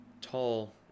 tall